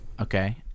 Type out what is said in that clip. Okay